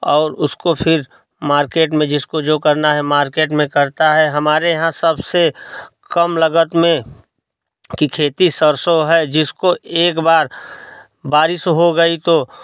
और उसको फिर मार्केट में जिसको जो करना है मार्केट में करता है हमारे यहाँ सबसे कम लगत में की खेती सरसों है जिसको एक बार बारिश हो गई तो